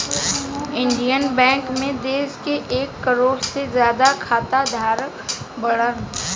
Indian bank मे देश के एक करोड़ से ज्यादा खाता धारक बाड़न